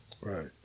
right